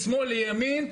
משמאל לימין,